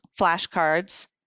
flashcards